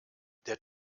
der